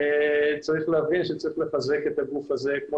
צריך להבין שצריך לחזק את הגוף הזה כפי